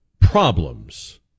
problems